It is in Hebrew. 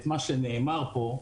את מה שנאמר פה.